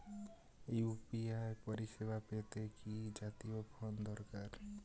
UPI পরিসেবা পেতে কি জাতীয় ফোন দরকার?